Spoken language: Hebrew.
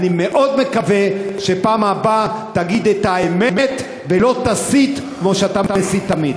אני מאוד מקווה שבפעם הבאה תגיד את האמת ולא תסית כמו שאתה מסית תמיד.